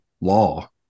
law